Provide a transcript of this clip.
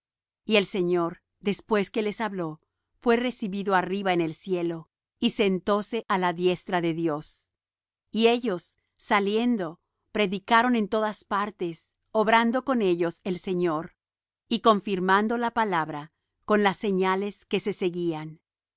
y el señor después que les habló fué recibido arriba en el cielo y sentóse á la diestra de dios y ellos saliendo predicaron en todas partes obrando con ellos el señor y confirmando la palabra con las señales que se seguían